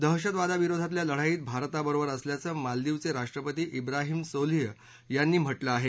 दहशतवादाविरोधातल्या लढाईत् भारताबरोबर असल्याचं मालदीवचे राष्ट्रपती िवाहीम सोलीह यांनी म्हटलं आहे